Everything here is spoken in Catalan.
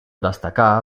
destacà